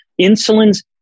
insulin's